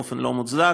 באופן לא מוצדק.